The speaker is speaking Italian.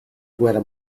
guerra